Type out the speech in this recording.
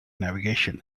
navigation